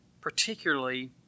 particularly